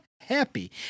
happy